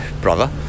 brother